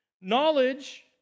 Knowledge